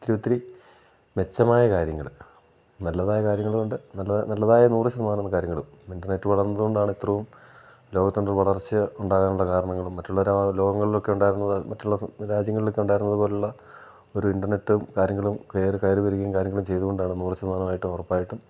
ഒത്തിരി ഒത്തിരി മെച്ചമായ കാര്യങ്ങൾ നല്ലതായ കാര്യങ്ങളുമുണ്ട് നല്ലതായ നൂറു ശതമാനം കാര്യങ്ങളും ഇൻ്റർനെറ്റ് വളർന്നതുകൊണ്ടാണ് ഇത്രയും ലോകത്തിന് ഒരു വളർച്ച ഉണ്ടാകാനുള്ള കാരണങ്ങളും മറ്റുള്ള ലോകങ്ങളിലൊക്കെ ഉണ്ടായിരുന്നത് മറ്റുള്ള രാജ്യങ്ങളിലൊക്കെ ഉണ്ടായിരുന്നതുപോലുള്ള ഒരു ഇൻ്റർനെറ്റും കാര്യങ്ങളും കയറിക്കയറി വരികയും കാര്യങ്ങളും ചെയ്തുകൊണ്ടാണ് നൂറു ശതമാനമായിട്ടും ഉറപ്പായിട്ടും